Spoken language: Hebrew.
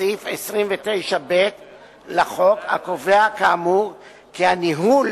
סעיף 29ב לחוק, הקובע כאמור כי הניהול